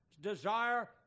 desire